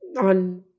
on